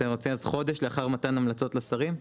אתם רוצים אז חודש לאחר מתן המלצות לשרים?